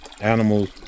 animals